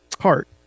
heart